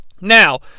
Now